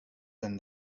than